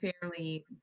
fairly